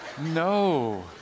no